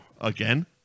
Again